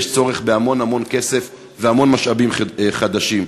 צורך בהמון המון כסף והמון משאבים חדשים.